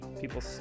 People